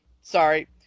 sorry